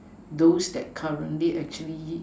those that currently actually